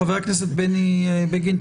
חבר הכנסת בני בגין,